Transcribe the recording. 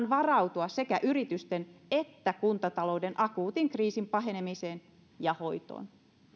varautua sekä yritysten että kuntatalouden akuutin kriisin pahenemiseen ja hoitoon